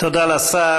תודה לשר.